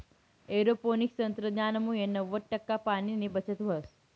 aeroponics तंत्रज्ञानमुये नव्वद टक्का पाणीनी बचत व्हस